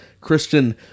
Christian